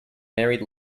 married